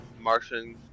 Martian